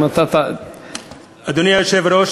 אדוני היושב-ראש,